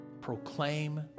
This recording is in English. Proclaim